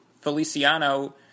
Feliciano